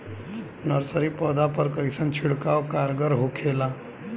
Nursery पौधा पर कइसन छिड़काव कारगर होखेला?